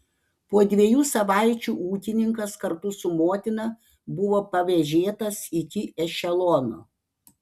po dviejų savaičių ūkininkas kartu su motina buvo pavėžėtas iki ešelono